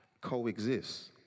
coexist